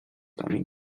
改名